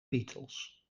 beatles